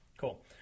cool